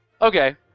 Okay